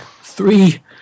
three